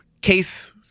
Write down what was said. Case